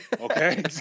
Okay